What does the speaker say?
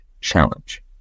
challenge